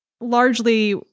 largely